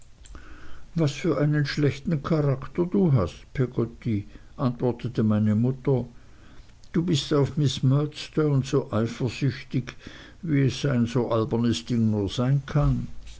was für einen schlechten charakter du hast peggotty antwortete meine mutter du bist auf miß murdstone so eifersüchtig wie es ein so albernes ding nur sein kann